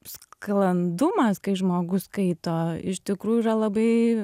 sklandumas kai žmogus skaito iš tikrųjų yra labai